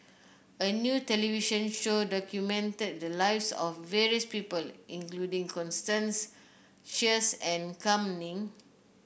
a new television show documented the lives of various people including Constance Sheares and Kam Ning